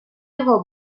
його